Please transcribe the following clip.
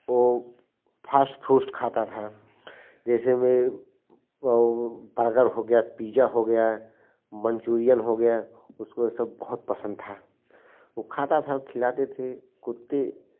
वह fast food खाता था जैसे वे वह बर्गर हो गया पिज़्ज़ा हो गया मंचूरियन हो गया उसको यह सब बहुत पसंद था वह खाता था खिलाते थे कुत्ते